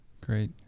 Great